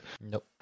nope